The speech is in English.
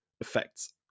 effects